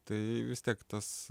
tai vis tiek tas